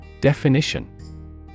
Definition